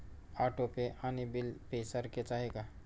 Auto pay आणि bill pay सारखेच आहे का?